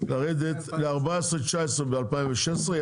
ל-14.9 ב-2016,